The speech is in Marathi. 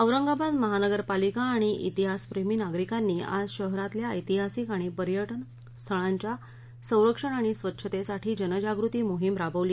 औरंगाबाद महानगरपालिका आणि प्तिहासप्रेमी नागरिकांनी आज शहरातल्या ऐतिहासिक आणि पर्यटन स्थळांच्या संरक्षण आणि स्वच्छतेसाठी जनजागृती मोहीम राबवली